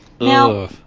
Now